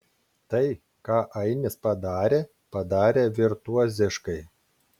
tai ką ainis padarė padarė virtuoziškai